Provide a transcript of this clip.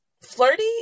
flirty